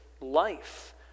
life